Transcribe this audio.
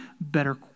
better